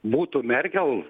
būtų merkel